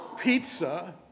pizza